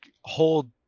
hold